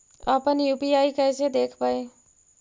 अपन यु.पी.आई कैसे देखबै?